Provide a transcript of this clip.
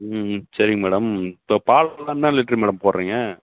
ம் சரி மேடம் இப்போ பால்லெலாம் என்ன லிட்ரு மேடம் போடுறீங்க